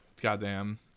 Goddamn